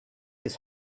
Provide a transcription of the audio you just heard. his